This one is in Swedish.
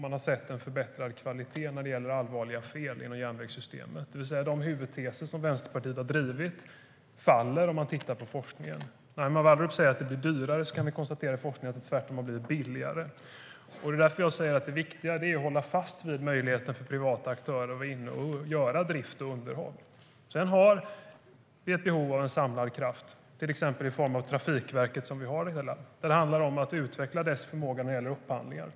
Man har sett en förbättrad kvalitet när det gäller allvarliga fel inom järnvägssystemet. STYLEREF Kantrubrik \* MERGEFORMAT Svar på interpellationerVi har ett behov av en samlad kraft till exempel i form av Trafikverket. Det handlar om att utveckla dess förmåga när det gäller upphandlingar.